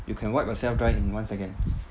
you can wipe herself dry in one second